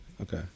Okay